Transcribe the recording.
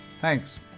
Thanks